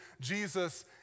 Jesus